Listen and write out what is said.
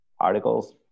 Articles